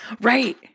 Right